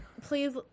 Please